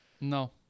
No